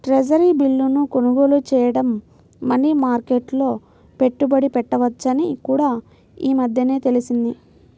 treasury బిల్లును కొనుగోలు చేయడం మనీ మార్కెట్లో పెట్టుబడి పెట్టవచ్చని కూడా ఈ మధ్యనే తెలిసింది